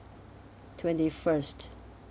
twenty first